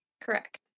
Correct